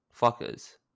fuckers